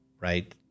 right